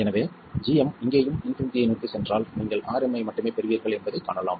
எனவே gm இங்கேயும் இன்பினிட்டியை நோக்கிச் சென்றால் நீங்கள் Rm ஐ மட்டுமே பெறுவீர்கள் என்பதைக் காணலாம்